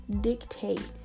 dictate